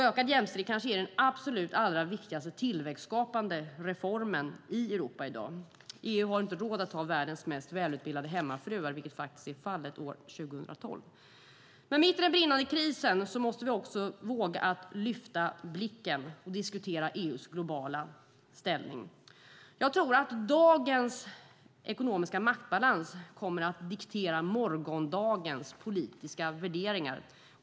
Ökad jämställdhet kanske är den absolut viktigaste tillväxtskapande reformen i Europa i dag. EU har inte råd att ha världens mest välutbildade hemmafruar, vilket faktiskt är fallet år 2012. Mitt i den brinnande krisen måste vi våga lyfta blicken och diskutera EU:s globala ställning. Jag tror att dagens ekonomiska maktbalans kommer att diktera morgondagens politiska värderingar.